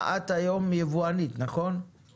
כמו שהוא מופיע בחקיקה האירופית --- לא.